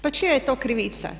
Pa čija je to krivica?